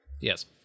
Yes